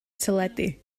teledu